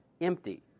empty